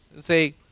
Say